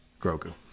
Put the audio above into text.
Grogu